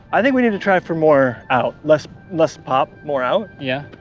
i think we need to try for more out, less less pop, more out. yeah.